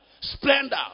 splendor